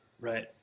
Right